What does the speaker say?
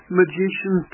magician